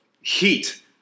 Heat